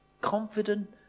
confident